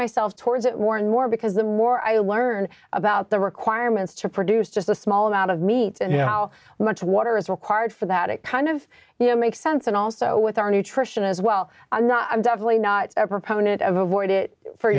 myself towards it warned more because the more i learn about the requirements to produce just a small amount of meat and you know how much water is required for that it kind of it makes sense and also with our nutrition as well i'm not i'm definitely not a proponent of avoid it for